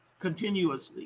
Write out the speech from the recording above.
continuously